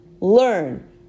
Learn